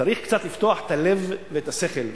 צריך קצת לפתוח את הלב ואת השכל.